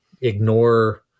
ignore